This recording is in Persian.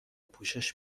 پوشش